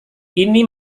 ini